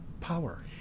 power